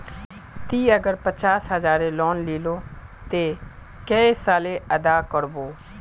ती अगर पचास हजारेर लोन लिलो ते कै साले अदा कर बो?